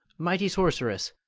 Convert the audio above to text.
mighty sorceress!